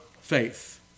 faith